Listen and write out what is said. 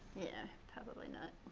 yeah, probably not.